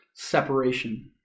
separation